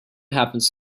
happens